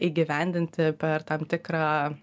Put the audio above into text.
įgyvendinti per tam tikrą